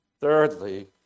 thirdly